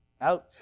Ouch